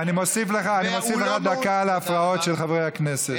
אני מוסיף לך דקה על ההפרעות של חברי הכנסת.